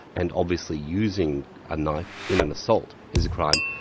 and obviously using a knife in an assault is a crime.